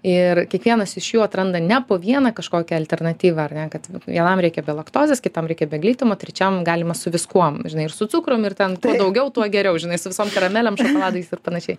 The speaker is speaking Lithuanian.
ir kiekvienas iš jų atranda ne po vieną kažkokią alternatyvą ar ne kad vienam reikia be laktozės kitam reikia be glitimo trečiam galima su viskuom žinai ir su cukrum ir ten kuo daugiau tuo geriau žinai su visom karamelėm šokoladais ir panašiai